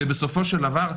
ובסופו של דבר,